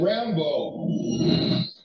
Rambo